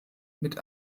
mit